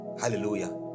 hallelujah